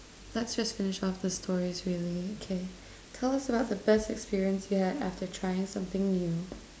let's just finish off the stories really okay tell us about the best experience you have after trying something new